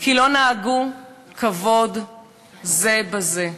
כי לא נהגו כבוד זה בזה.